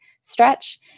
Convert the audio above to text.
stretch